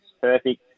perfect